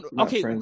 Okay